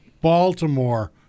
Baltimore